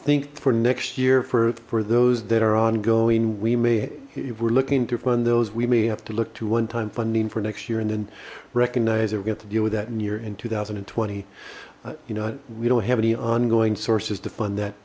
think for next yearfor for those that are ongoing we may if we're looking to fund those we may have to look to one time funding for next year and then recognize that we got to deal with that in year in two thousand and twenty you know we don't have any ongoing sources to fund that